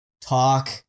talk